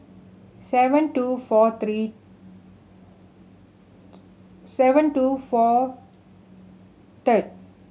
seven two four three seven two four third